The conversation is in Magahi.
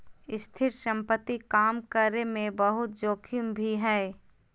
स्थिर संपत्ति काम करे मे बहुते जोखिम भी हय